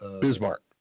Bismarck